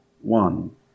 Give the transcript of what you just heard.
one